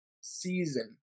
season